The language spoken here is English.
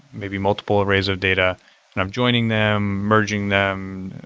maybe multiple arrays of data and i'm joining them, merging them,